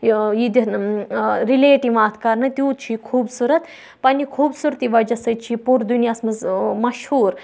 یہِ دِنہٕ رِلیٹ یِوان اَتھ کَرنہٕ تیوٗت چھُ یہِ خوبصوٗرَت پَننہِ خوبصوٗرتی وجہ سٟتۍ چھُ یہِ پوٗرٕ دُنیاہس منٛز مشہوٗر